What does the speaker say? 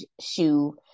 shoe